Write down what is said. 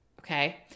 Okay